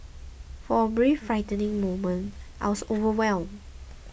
for a brief frightening moment I was overwhelmed